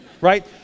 right